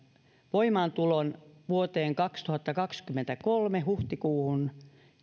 voimaantulon vuoden kaksituhattakaksikymmentäkolme huhtikuuhun